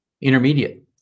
intermediate